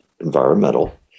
environmental